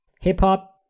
Hip-hop